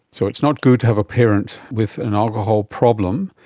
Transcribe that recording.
so it's not good to have a parent with an alcohol problem.